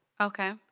Okay